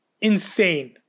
insane